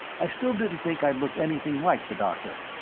i still didn't think i looked anything like the doctor.